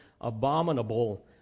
abominable